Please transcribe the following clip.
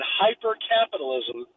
hyper-capitalism